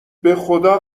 بخدا